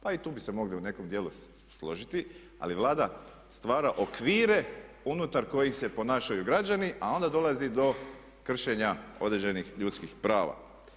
Pa i tu bi se mogli u nekom dijelu složiti, ali Vlada stvara okvire unutar kojih se ponašaju građani a onda dolazi do kršenja određenih ljudskih prava.